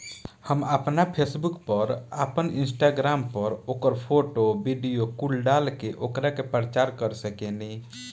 हम आपना फेसबुक पर, आपन इंस्टाग्राम पर ओकर फोटो, वीडीओ कुल डाल के ओकरा के प्रचार कर सकेनी